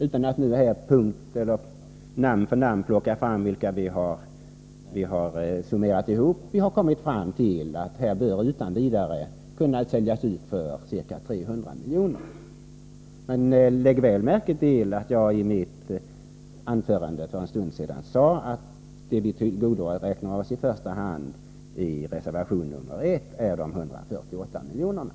Utan att namn för namn plocka fram vilka vi har granskat vill jag säga att vi har kommit fram till att sådana bolag utan vidare bör kunna säljas ut för 300 milj.kr. Men lägg märke till att jag i mitt anförande för en stund sedan sade att det vi i första hand tillgodoräknar oss i reservation nr 1 är de 148 miljonerna.